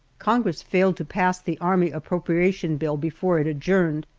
congress failed to pass the army appropriation bill before it adjourned,